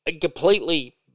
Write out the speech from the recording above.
completely